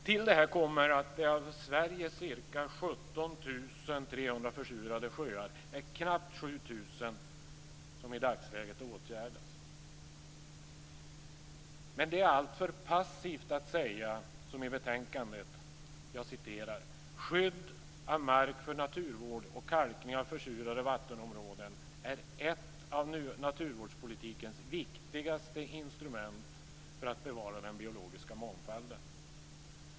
Till detta kommer att av Sveriges ca 17 300 försurade är det knappt 7 000 som i dagsläget åtgärdas. Det är alltför passivt att som i betänkandet säga: "Skydd av mark för naturvård och kalkning av försurade vattenområden är ett av naturvårdspolitikens viktigaste instrument för att bevara den biologiska mångfalden".